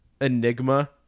enigma